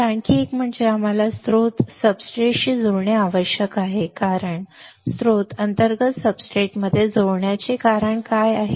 तर आणखी एक म्हणजे आम्हाला हा स्त्रोत सबस्ट्रेटशी जोडणे आवश्यक होते कारण स्त्रोत अंतर्गत सब्सट्रेटमध्ये जोडण्याचे कारण काय आहे